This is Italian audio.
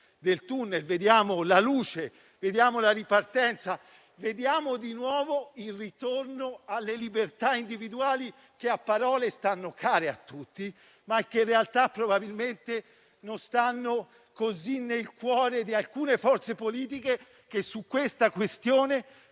del *tunnel*, vediamo la ripartenza, vediamo il ritorno alle libertà individuali che a parole stanno care a tutti, ma che in realtà probabilmente non stanno così nel cuore di alcune forze politiche che su questo tema